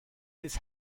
this